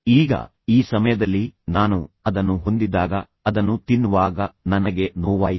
ಈಗ ಈ ಸಮಯದಲ್ಲಿ ನಾನು ಅದನ್ನು ಹೊಂದಿದ್ದಾಗ ಅದನ್ನು ತಿನ್ನುವಾಗ ನನಗೆ ನೋವಾಯಿತು